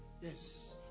Yes